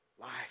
life